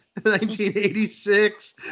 1986